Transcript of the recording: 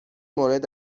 مورد